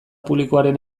publikoaren